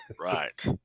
Right